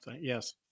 Yes